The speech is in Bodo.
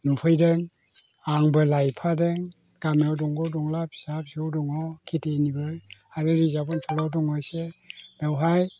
नुफैदों आंबो लायफादों गामियाव दंग' दंला फिसा फिसौ दङ खेथिनिबो आरो रिजाब ओनसोलाव दङ इसे बेवहाय